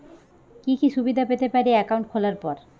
কি কি সুবিধে পেতে পারি একাউন্ট খোলার পর?